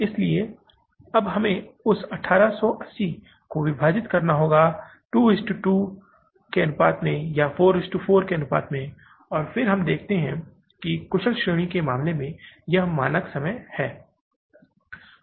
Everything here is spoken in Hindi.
इसलिए अब हमें उस 1880 को विभाजित करना होगा 2 2 के अनुपात में या 4 4 के अनुपात में और फिर हम देखते हैं कि कुशल श्रेणी के मामले में यह मानक समय है